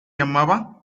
llamaba